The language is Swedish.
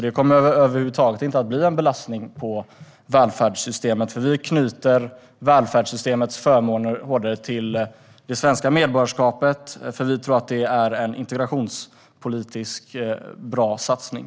Det kommer över huvud taget inte att bli någon belastning på välfärdssystemet, för vi knyter välfärdssystemets förmåner hårdare till det svenska medborgarskapet, för vi tror att det är en integrationspolitiskt bra satsning.